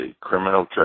criminal